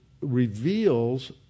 reveals